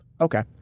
Okay